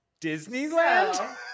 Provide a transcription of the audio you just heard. Disneyland